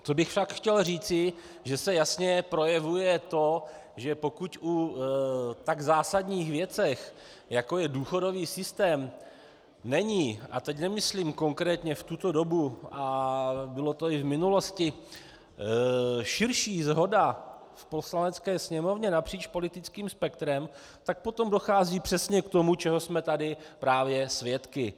Co bych však chtěl říci, že se jasně projevuje to, že pokud u tak zásadních věcí, jako je důchodový systém, není, a teď nemyslím konkrétně v tuto dobu, a bylo to i v minulosti, širší shoda v Poslanecké sněmovně napříč politickým spektrem, tak potom dochází přesně k tomu, čeho jsme tady právě svědky.